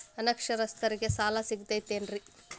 ಅನಕ್ಷರಸ್ಥರಿಗ ಸಾಲ ಸಿಗತೈತೇನ್ರಿ?